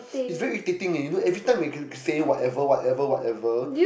is very irritating leh you know every time say can whatever whatever whatever